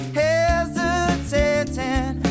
hesitating